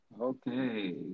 Okay